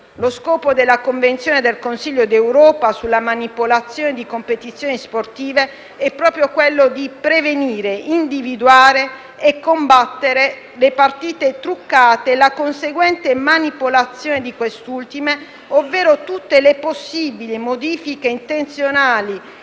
Lo scopo della Convenzione del Consiglio d'Europa sulla manipolazione di competizioni sportive è proprio prevenire, individuare e combattere le partite truccate e la conseguente manipolazione di queste ultime, ovvero tutte le possibili modifiche intenzionali